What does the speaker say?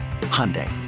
Hyundai